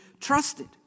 trusted